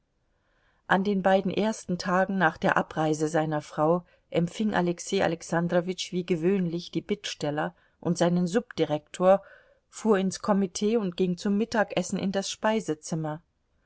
an den beiden ersten tagen nach der abreise seiner frau empfing alexei alexandrowitsch wie gewöhnlich die bittsteller und seinen subdirektor fuhr ins komitee und ging zum mittagessen in das speisezimmer